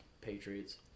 Patriots